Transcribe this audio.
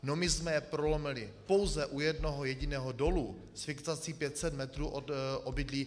No my jsme je prolomili pouze u jednoho jediného dolu s fixací 500 metrů od obydlí.